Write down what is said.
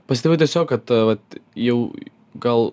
pastebiu tiesiog kad vat jau gal